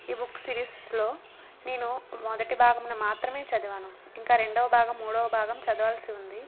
ఈ బుక్స్ సిరీస్లో నేను మొదటి భాగమును మాత్రమే చదివాను ఇంకా రెండో భాగం మూడో భాగం చదవాల్సి ఉంది